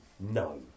No